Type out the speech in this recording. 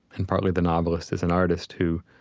and partly the novelist as an artist who,